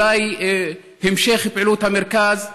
אולי המשך פעילות המרכז.